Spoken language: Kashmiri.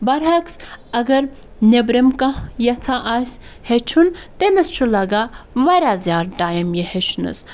برعکس اگر نیٚبرِم کانٛہہ یَژھان آسہِ ہیٚچھُن تٔمِس چھُ لَگان واریاہ زیادٕ ٹایم یہِ ہیٚچھنَس